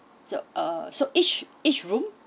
so uh so each each room